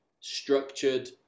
structured